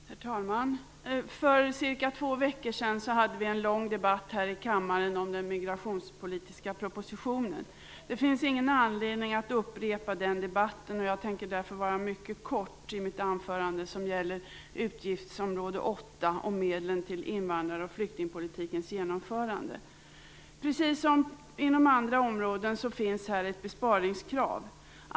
Herr talman! För cirka två veckor sedan hade vi en lång debatt här i kammaren om den migrationspolitiska propositionen. Det finns ingen anledning att upprepa den debatten, och jag tänker därför vara mycket kort i mitt anförande som gäller utgiftsområde Precis som inom andra områden finns här ett besparingskrav.